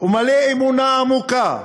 ומלא אמונה עמוקה,